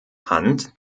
hand